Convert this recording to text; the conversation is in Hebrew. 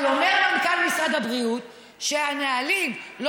אבל אומר מנכ"ל משרד הבריאות שהנהלים לא